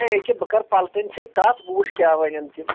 ہے أکہِ بہٕ کَرٕ پَلٹٕنۍ سۭتۍ کَتھ تہٕ بہٕ وُچھٕ کیٛاہ وَنن تِم